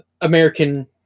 American